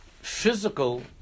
physical